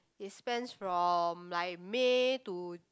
it spans from like May to